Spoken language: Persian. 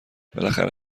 بالاخره